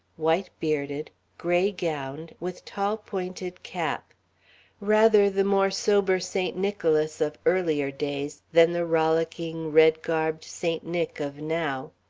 white-bearded, gray-gowned, with tall pointed cap rather the more sober saint nicholas of earlier days than the rollicking, red-garbed saint nick of now.